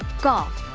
golf.